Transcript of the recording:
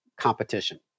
competition